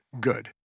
good